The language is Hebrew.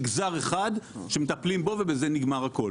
מגזר אחד שמטפלים בו ובזה נגמר הכול,